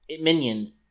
minion